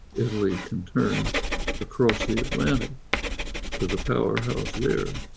italy can turn across the atlantic to the powerhouse there,